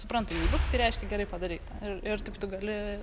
supranta jei liuks tai reiškia gerai padarei tą ir ir taip tu gali